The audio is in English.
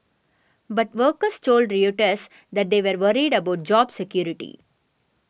but workers told Reuters that they were worried about job security